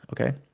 okay